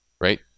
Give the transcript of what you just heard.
Right